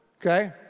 okay